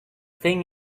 thing